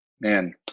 Man